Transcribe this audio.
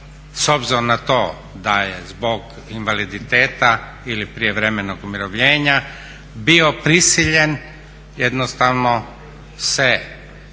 s obzirom na to da je zbog invaliditeta ili prijevremenog umirovljenja bio prisiljen jednostavno se